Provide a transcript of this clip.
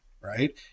right